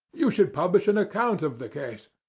you should publish an account of the case.